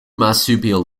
marsupial